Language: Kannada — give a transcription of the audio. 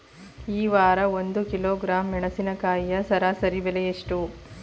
ಈ ವಾರ ಒಂದು ಕಿಲೋಗ್ರಾಂ ಮೆಣಸಿನಕಾಯಿಯ ಸರಾಸರಿ ಬೆಲೆ ಎಷ್ಟು?